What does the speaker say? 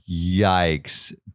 Yikes